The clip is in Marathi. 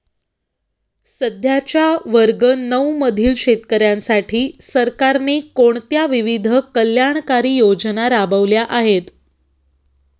सध्याच्या वर्ग नऊ मधील शेतकऱ्यांसाठी सरकारने कोणत्या विविध कल्याणकारी योजना राबवल्या आहेत?